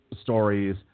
stories